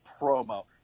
promo